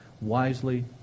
wisely